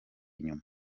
inyuma